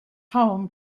home